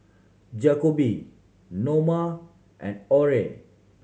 Jakobe Norma and Aurore